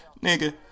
nigga